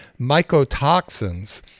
mycotoxins